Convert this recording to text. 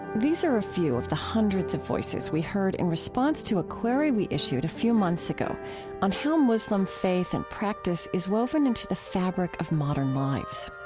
these are a few of the hundreds of voices we heard in response to a query we issued a few months ago on how muslim faith and practice is woven in to the fabric of modern lives.